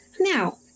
Now